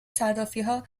صرافیها